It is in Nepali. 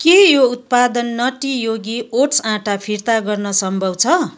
के यो उत्पादन नटी योगी ओट्स आँटा फिर्ता गर्न सम्भव छ